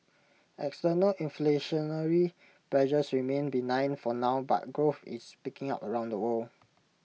external inflationary pressures remain benign for now but growth its picking up around the world